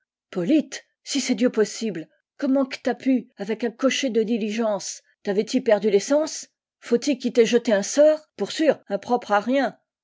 polyte si c'est dieu possible comment que t'as pu avec un cocher de dihgence t'avais ti perdu les sens faut qu'i t'ait jeté un sort pour sûr un propre à rien